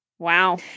Wow